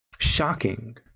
shocking